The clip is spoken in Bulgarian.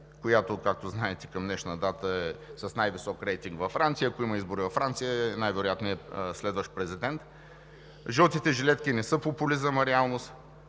която, както знаете, към днешна дата е с най-висок рейтинг във Франция? Ако има избори във Франция, тя е най-вероятният следващ президент. „Жълтите жилетки“ не са популизъм, а реалност.